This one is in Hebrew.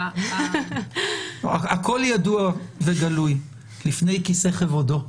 הכול ידוע וגלוי לפני כיסא כבודו.